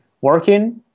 working